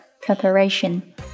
preparation